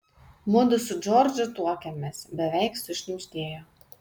mudu su džordžu tuokiamės beveik sušnibždėjo